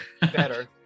Better